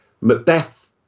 Macbeth